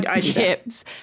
chips